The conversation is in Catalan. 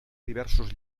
diversos